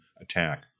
attack